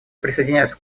присоединяюсь